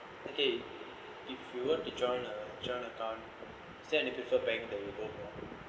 okay if you want to join a joint account send the prefer bank that you go for